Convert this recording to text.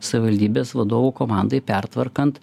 savivaldybės vadovų komandai pertvarkant